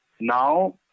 Now